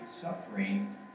suffering